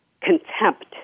contempt